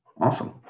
Awesome